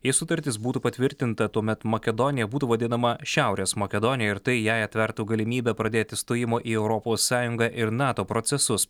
jei sutartis būtų patvirtinta tuomet makedonija būtų vadinama šiaurės makedonija ir tai jai atvertų galimybę pradėti stojimo į europos sąjungą ir nato procesus